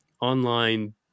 online